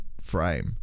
frame